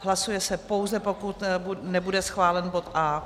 Hlasuje se, pouze pokud nebude schválen bod A.